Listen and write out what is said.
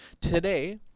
Today